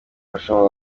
abashumba